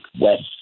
West